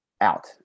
Out